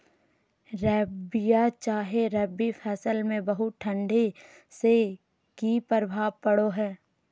रबिया चाहे रवि फसल में बहुत ठंडी से की प्रभाव पड़ो है?